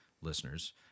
listeners